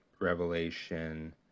Revelation